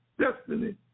destiny